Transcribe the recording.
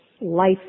life